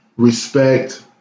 Respect